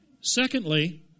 Secondly